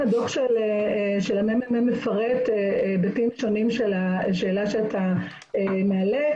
הדוח של המ.מ.מ מפרט היבטים שונים של השאלה שאתה מעלה,